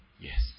Yes